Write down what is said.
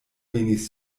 venis